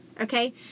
Okay